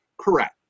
correct